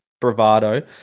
bravado